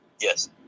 Yes